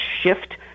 shift